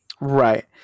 right